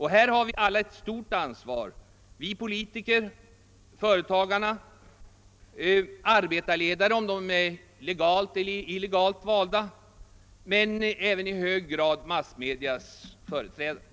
Här har vi alla ett stort ansvar: politiker, företagare, arbetarledare, legalt eller illegalt valda, men i hög grad även massmedias företrädare.